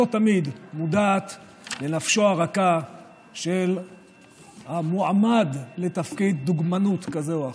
שלא תמיד מודעת לנפשו הרכה של המועמד לתפקיד דוגמנות כזה או אחר.